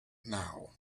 now